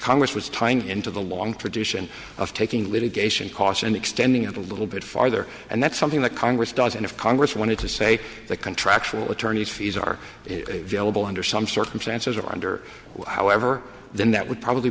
congress was tying into the long tradition of taking litigation costs and extending it a little bit farther and that's something that congress does and if congress wanted to say that contractual attorneys fees are available under some circumstances under however then that would probably